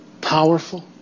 powerful